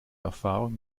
erfahrung